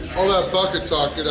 all that bucket talk,